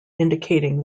indicating